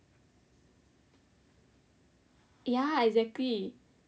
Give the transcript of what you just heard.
ya exactly